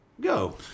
go